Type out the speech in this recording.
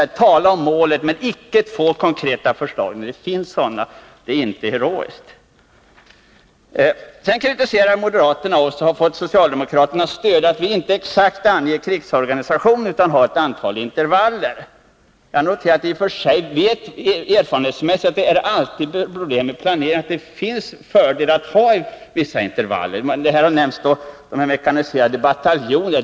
Att tala om målet men icke komma med konkreta förslag är som sagt inte heroiskt. Sedan kritiserar moderaterna oss, och har därvid fått socialdemokraternas stöd, för att vi inte exakt anger krigsorganisationen utan har ett antal intervaller. Erfarenhetsmässigt vet vi att det alltid är problem med planeringen. Det finns fördelar med att ha vissa intervaller. Mekaniserade bataljoner har nämnts.